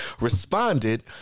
responded